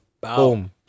Boom